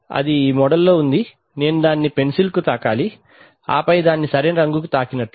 అది ఈ మోడ్లో ఉంది నేను దానిని పెన్సిల్కు తాకాలి ఆపై దాన్ని సరైన రంగుకు తాకినట్లు